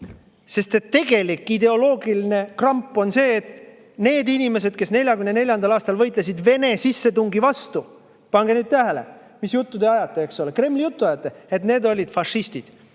kuju! Tegelik ideoloogiline kramp on see, et need inimesed, kes 1944. aastal võitlesid Vene sissetungi vastu – pange nüüd tähele, mis juttu te ajate, eks ole, Kremli juttu ajate! –, need olid fašistid